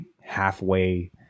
halfway